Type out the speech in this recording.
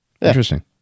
Interesting